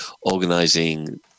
organizing